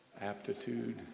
aptitude